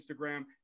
Instagram